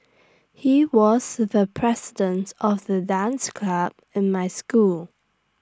he was the president of the dance club in my school